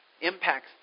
impacts